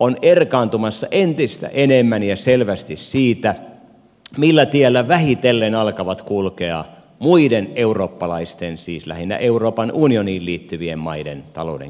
on erkaantumassa entistä enemmän ja selvästi siitä millä tiellä vähitellen alkavat kulkea muiden eurooppalaisten siis lähinnä euroopan unioniin liittyneiden maiden talouden kehitysurat